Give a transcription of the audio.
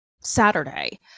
Saturday